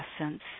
essence